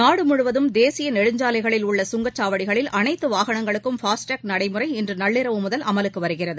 நாடுமுழுவதும் தேசியநெடுஞ்சாலைகளில் உள்ள கங்கச் சாவடிகளில் அனைத்துவாகனங்களுக்கும் ஃபாஸ்ட் டாக் நடைமுறை இன்றுநள்ளிரவு முதல் அமலுக்குவருகிறது